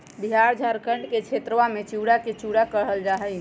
बिहार झारखंड के क्षेत्रवा में चिड़वा के चूड़ा कहल जाहई